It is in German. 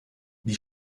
die